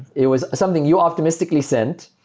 it was something you optimistically sent.